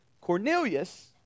Cornelius